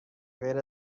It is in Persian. غیر